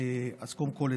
אז קודם כול,